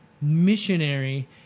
missionary